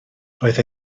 roedd